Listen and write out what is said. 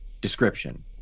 Description